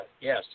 yes